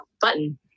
Button